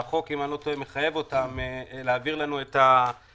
שהחוק מחייב אותו להעביר לנו את המידע